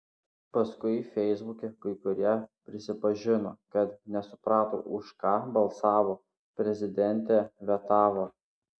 paskui feisbuke kai kurie prisipažino kad nesuprato už ką balsavo prezidentė vetavo